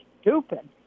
stupid